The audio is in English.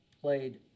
played